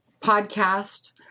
podcast